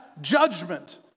judgment